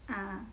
ah